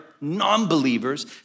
non-believers